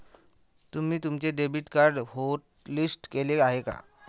तुम्ही तुमचे debit card hotlist केले आहे का?